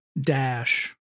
dash